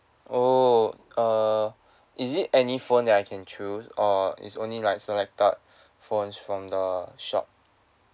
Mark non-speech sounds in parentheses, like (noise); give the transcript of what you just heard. oo err is it any phone that I can choose or is only like selected (breath) phones from the shop